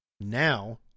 Now